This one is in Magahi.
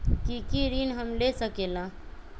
की की ऋण हम ले सकेला?